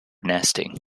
nesting